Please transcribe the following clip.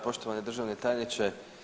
Poštovani državni tajniče.